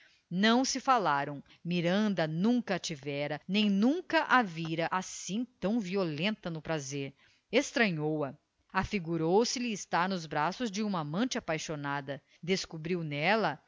não se falaram miranda nunca a tivera nem nunca a vira assim tão violenta no prazer estranhou a afigurou se lhe estar nos braços de uma amante apaixonada descobriu nela